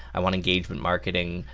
i want engagement marketing,